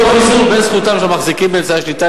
"תוך איזון בין זכותם של המחזיקים באמצעי השליטה